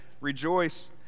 Rejoice